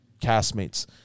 castmates